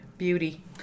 Beauty